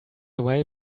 away